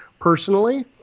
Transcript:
personally